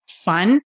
fun